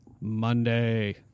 Monday